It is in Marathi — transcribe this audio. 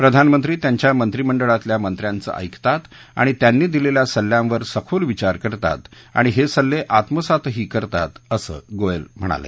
प्रधानमंत्री त्यांच्या मंत्रीमंडळातल्या मंत्र्याचं ऐकतात आणि त्यांनी दिलेल्या सल्ल्यांवर सखोल विचार करतात आणि हे सल्ले आत्मसातही करतात असं गोयल म्हणाले